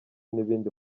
n’ibindi